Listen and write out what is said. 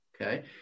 Okay